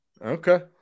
Okay